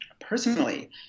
personally